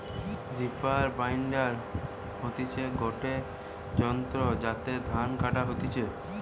reaper binder হতিছে গটে যন্ত্র যাতে ধান কাটা হতিছে